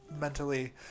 mentally